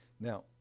Now